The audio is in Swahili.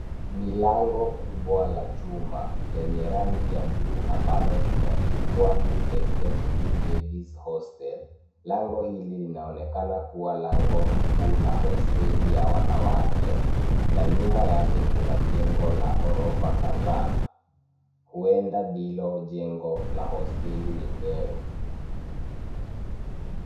Ni lango kubwa la chuma lenye rangi ya buluu ambalo limeandikwa [new executive ladies hostel ],lango hili linaonekana kuwa lango kuu la hosteli ya wanawake na nyuma yake kuna jengo la ghorofa kadhaa huenda ndilo jengo la hosteli yenyewe.